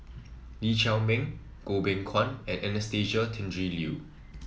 Lee Chiaw Meng Goh Beng Kwan and Anastasia Tjendri Liew